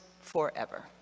forever